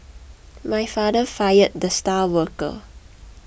my father fired the star worker